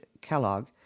Kellogg